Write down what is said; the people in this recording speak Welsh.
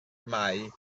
mai